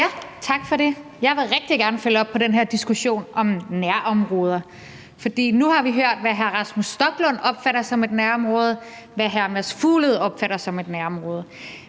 Tak for det. Jeg vil rigtig gerne følge op på den her diskussion om nærområder, for nu har vi hørt, hvad hr. Rasmus Stoklund opfatter som et nærområde, og hvad hr. Mads Fuglede opfatter som et nærområde,